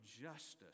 justice